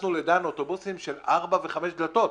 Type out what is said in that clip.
הכנסנו ל"דן" אוטובוסים של ארבע וחמש דלתות.